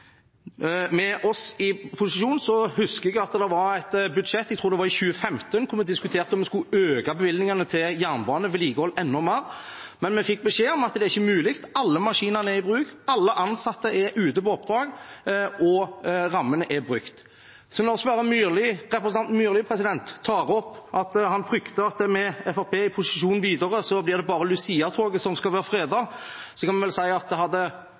Med oss i posisjon husker jeg det var et budsjett – jeg tror det var i 2015 – der vi diskuterte om vi skulle øke bevilgningene til jernbanevedlikehold enda mer, men fikk beskjed om at det ikke var mulig. Alle maskinene var i bruk, alle ansatte var ute på oppdrag, og rammene var brukt. Når representanten Myrli frykter at det med Fremskrittspartiet videre i posisjon bare blir luciatoget som er fredet, kan man vel si at hadde monopolisten Myrli fått styre på, ville det kun være luciatoget de ansatte i jernbanen hadde